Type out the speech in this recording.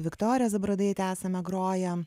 viktorija zabrodaitė esame groję